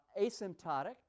asymptotic